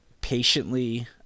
patiently